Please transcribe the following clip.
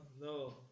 No